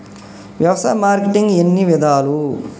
వ్యవసాయ మార్కెటింగ్ ఎన్ని విధాలు?